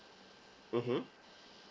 mmhmm